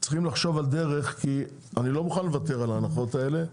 צריכים לחשוב על דרך כי אני לא מוכן לוותר על ההנחות האלה,